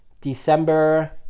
december